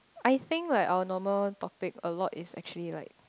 I think like our normal topic a lot is actually like